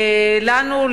לנו,